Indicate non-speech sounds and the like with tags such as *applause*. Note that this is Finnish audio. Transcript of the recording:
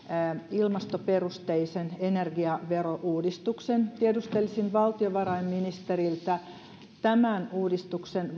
ilmastoperusteisen energiaverouudistuksen tiedustelisin valtiovarainministeriltä tämän uudistuksen *unintelligible*